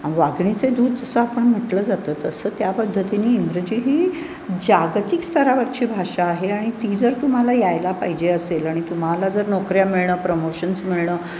वाघिणीचे दूध जसं आपण म्हटलं जातं तसं त्या पद्धतीने इंग्रजी ही जागतिक स्तरावरची भाषा आहे आणि ती जर तुम्हाला यायला पाहिजे असेल आणि तुम्हाला जर नोकऱ्या मिळणं प्रमोशन्स मिळणं